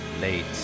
late